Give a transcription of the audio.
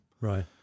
Right